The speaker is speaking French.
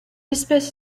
espèce